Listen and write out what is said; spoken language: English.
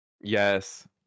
Yes